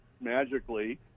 magically